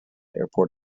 airport